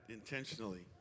intentionally